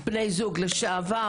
בני זוג לשעבר,